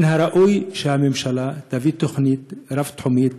מן הראוי שהממשלה תביא תוכנית רב-תחומית,